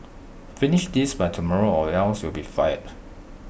finish this by tomorrow or else you'll be fired